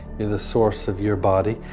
you're the source of your body,